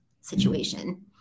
situation